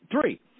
three